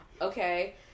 Okay